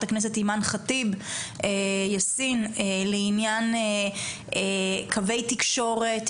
הכנסת אימאן ח'טיב יאסין לענין קווי תקשורת,